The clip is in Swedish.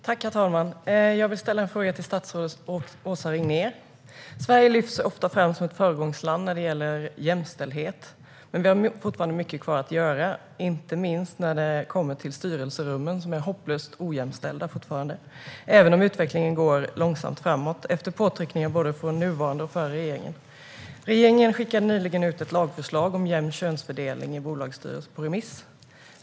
Herr talman! Jag vill ställa en fråga till statsrådet Åsa Regnér. Sverige lyfts ofta fram som ett föregångsland i fråga om jämställdhet, men vi har fortfarande mycket kvar att göra. Det gäller inte minst styrelserummen där det fortfarande är hopplöst ojämställt, även om utvecklingen går långsamt framåt efter påtryckningar från både nuvarande regering och den föregående. Regeringen skickade nyligen ut ett lagförslag om jämn könsfördelning i bolagsstyrelser på remiss.